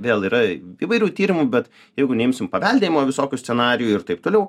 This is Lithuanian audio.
vėl yra įvairių tyrimų bet jeigu neimsim paveldėjimo visokių scenarijų ir taip toliau